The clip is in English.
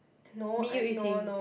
me you Yu-Ting